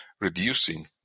reducing